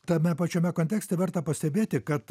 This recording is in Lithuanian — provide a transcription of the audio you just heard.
tame pačiame kontekste verta pastebėti kad